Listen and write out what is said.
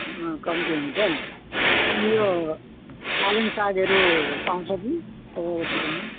अँ कम्ती हुन्छ अनि यो पालङ सागहरू पाउँछ कि तपाईँको दोकानमा